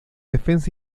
defensa